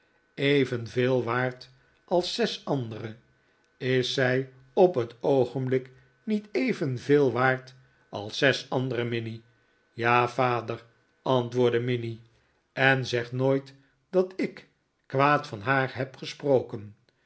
evenveel waard als zes andere is zij op het oogenblik niet evenveel waard als zes andere minnie ja vader antwoordde minnie en zeg nooit dat ik kwaad van haar heb gesproken